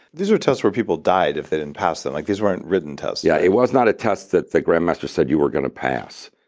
these were tests where people died if they didn't pass them. like these weren't written tests. yeah. it was not a test that the grand master said you were going to pass.